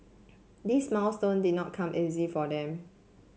this milestone did not come easy for them